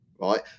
right